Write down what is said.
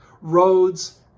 Roads